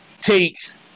takes